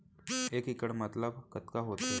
एक इक्कड़ मतलब कतका होथे?